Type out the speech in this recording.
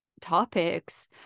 topics